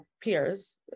peers